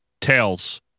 Tails